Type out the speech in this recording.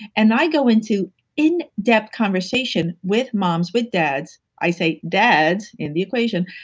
and i go into in depth conversation with moms, with dads, i say dads in the equation.